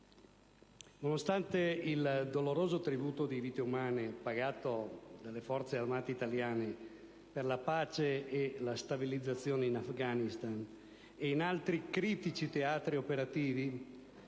nonostante il doloroso tributo di vite umane pagato dalle Forze armate italiane per la pace e la stabilizzazione in Afghanistan e in altri critici teatri operativi,